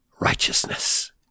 righteousness